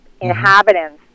inhabitants